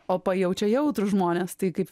o pajaučia jautrūs žmonės tai kaip